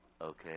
Okay